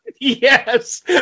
Yes